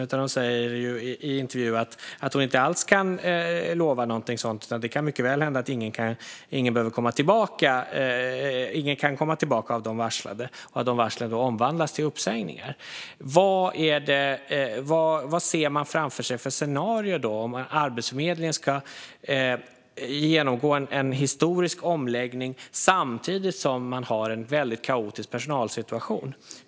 I en intervju säger hon i stället att hon inte alls kan lova någonting sådant, utan det kan mycket väl hända att varslen omvandlas till uppsägningar. Vilket scenario ser man framför sig om Arbetsförmedlingen ska genomgå en historisk omläggning samtidigt som man har en väldigt kaotisk personalsituation?